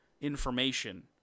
information